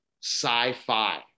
sci-fi